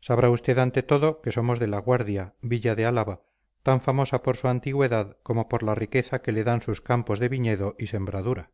sabrá usted ante todo que somos de la guardia villa de álava tan famosa por su antigüedad como por la riqueza que le dan sus campos de viñedo y sembradura